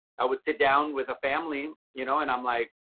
i would sit down with a family, you know, and i'm like,